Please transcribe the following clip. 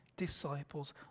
disciples